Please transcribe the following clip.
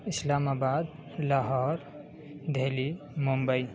اسلام آباد لاہور دہلی ممبئی